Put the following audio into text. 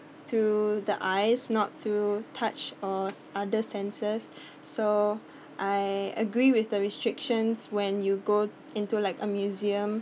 through the eyes not through touch or s~ other senses so I agree with the restrictions when you go into like a museum